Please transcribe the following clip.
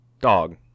dog